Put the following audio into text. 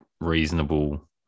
reasonable